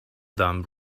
dumb